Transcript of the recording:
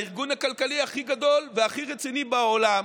הארגון הכלכלי הכי גדול והכי רציני בעולם